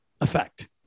effect